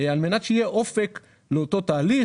כדי שיהיה אופק לאותו תהליך.